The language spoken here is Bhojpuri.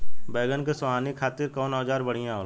बैगन के सोहनी खातिर कौन औजार बढ़िया होला?